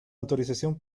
autorización